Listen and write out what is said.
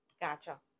Gotcha